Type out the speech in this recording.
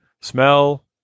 smell